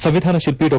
ಸಂವಿಧಾನ ಶಿಲ್ಪಿ ಡಾ